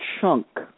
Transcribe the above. chunk